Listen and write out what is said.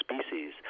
species